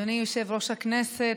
אדוני יושב-ראש הכנסת,